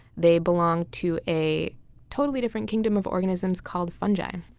they belong to a totally different kingdom of organisms called fungi,